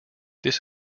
this